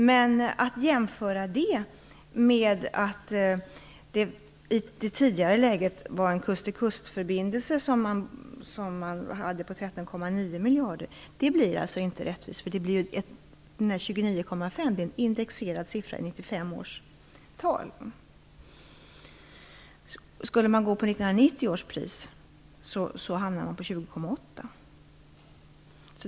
Men att jämföra det med den tidigare kust-till-kustförbindelsen på 13,9 miljarder blir inte rättvist. 29,5 miljarder är en indexerad siffra i 95 års tal. Skulle man gå på 1990 års pris hamnar man på 20,8 miljarder.